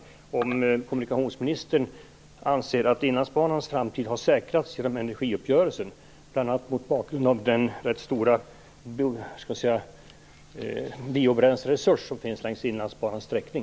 Jag undrar om kommunikationsministern anser att Inlandsbanans framtid har säkrats genom energiuppgörelsen, bl.a. mot bakgrund av den rätt stora biobränsleresurs som finns längs Inlandsbanans sträckning.